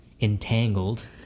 entangled